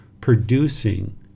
producing